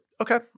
okay